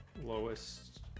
lowest